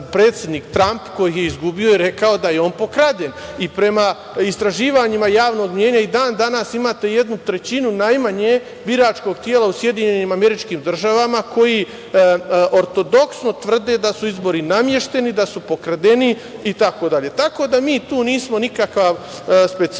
predsednik Tramp, koji je izgubio, je rekao da je on pokraden i prema istraživanjima javnog mnjenja i dan danas imate jednu trećinu najmanje biračkog tela u SAD koji ortodoksno tvrde da su izbori namešteni, da su pokradeni, itd. Tako da mi tu nismo nikakva specifičnost.